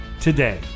today